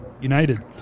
United